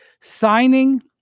signing